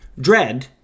Dread